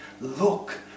Look